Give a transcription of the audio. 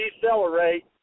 decelerate